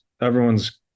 everyone's